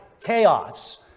chaos